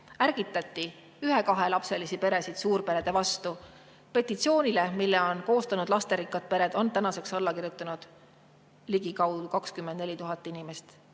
Ärgitati ühe- ja kahelapselisi peresid suurperede vastu. Petitsioonile, mille on koostanud lasterikkad pered, on tänaseks alla kirjutanud ligikaudu 24 000 inimest.